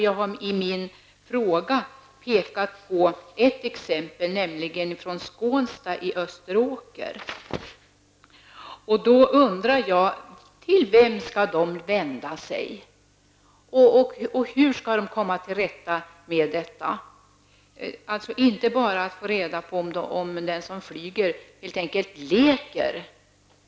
Jag har i min fråga pekat på ett exempel, nämligen Skånsta i Österåker. Jag undrar till vem dessa människor skall vända sig, och hur de skall komma till rätta med detta. Jag menar alltså inte bara att de som blir störda skall kunna få reda på om de som flyger helt enkelt leker.